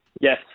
Yes